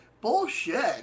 Bullshit